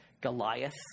Goliath